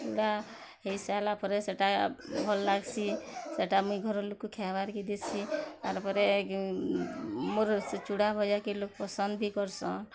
ଚୁଡ଼ା ହେଇ ସାରିଲା ପରେ ସେଟା ଭଲ୍ ଲାଗସି ସେଟା ମୁଇଁ ଘରର୍ ଲୁକ୍କୁ ଖାଇବାର୍ କେ ଦେଶୀ ତା'ର୍ ପରେ ମୋର୍ ସେ ଚୁଡ଼ା ଭଜାକେ ଲୋକ୍ ପସନ୍ଦ୍ ବି କରସନ୍